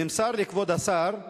נמסר לי, כבוד השר,